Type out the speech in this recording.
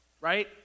right